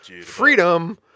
Freedom